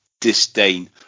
disdain